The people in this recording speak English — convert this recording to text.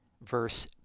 verse